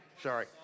Sorry